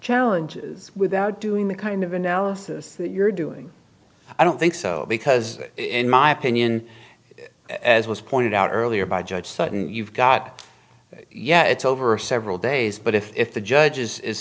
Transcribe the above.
challenges without doing the kind of analysis that you're doing i don't think so because in my opinion as was pointed out earlier by judge sudden you've got yeah it's over several days but if the judges is